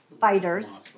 fighters